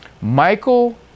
Michael